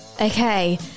okay